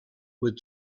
with